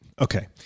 okay